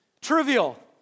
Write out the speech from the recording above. Trivial